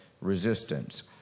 resistance